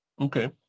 Okay